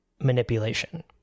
manipulation